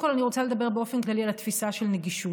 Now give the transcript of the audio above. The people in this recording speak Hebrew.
כול אני רוצה לדבר באופן כללי על התפיסה של הנגישות.